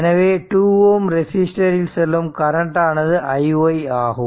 எனவே 2 Ω ரெசிஸ்டரில் செல்லும் கரண்ட் ஆனது iy ஆகும்